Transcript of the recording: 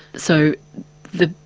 so the.